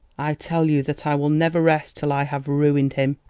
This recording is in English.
i tell you that i will never rest till i have ruined him,